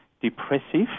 depressive